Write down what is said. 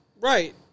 Right